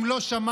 אם לא שמעת,